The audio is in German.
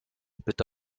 bitte